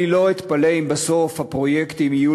לא אתפלא אם בסוף הפרויקטים יהיו